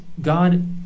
God